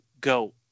go